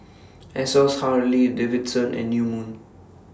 Asos Harley Davidson and New Moon